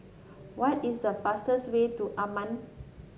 what is the fastest way to Amman